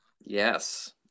Yes